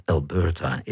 Alberta